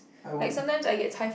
I would